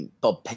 Bob